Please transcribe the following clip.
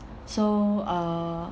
so uh